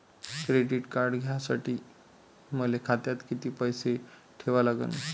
Credit card घ्यासाठी मले खात्यात किती पैसे ठेवा लागन?